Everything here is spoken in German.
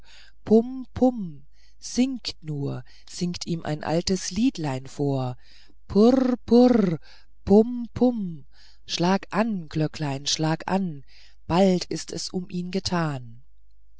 singt nur singt ihm altes liedlein vor purr purr pum pum schlag an glöcklein schlag an bald ist es um ihn getan